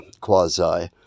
quasi